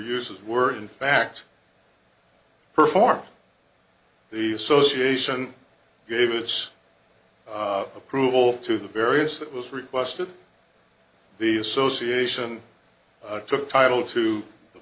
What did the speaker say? uses were in fact perform the association gave its approval to the various that was requested the association took title to the